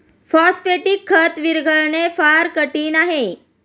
phosphatic खत विरघळणे फार कठीण आहे